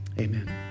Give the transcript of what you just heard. Amen